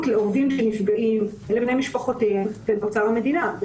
לעובדים שנפגעים ולבני משפחותיהם ולאוצר המדינה.